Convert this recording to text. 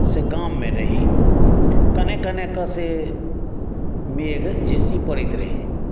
से गाममे रही कने कनेके से मेघ झिस्सी पड़ैत रहै